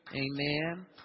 Amen